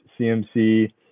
CMC